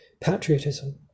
patriotism